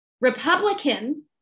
Republican